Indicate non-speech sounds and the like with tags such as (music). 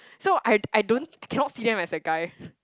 so I I don't cannot see them as a guy (breath)